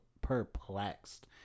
perplexed